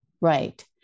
right